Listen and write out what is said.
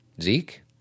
Zeke